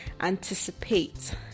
anticipate